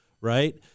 Right